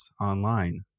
online